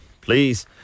Please